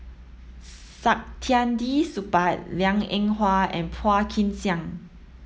Saktiandi Supaat Liang Eng Hwa and Phua Kin Siang